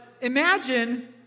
Imagine